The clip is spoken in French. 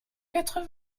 quatre